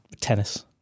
tennis